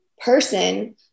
person